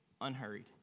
unhurried